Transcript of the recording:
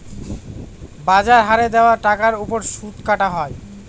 বাজার হারে দেওয়া টাকার ওপর সুদ কাটা হয়